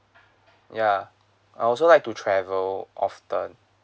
ya I also like to travel often